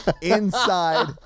inside